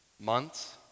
months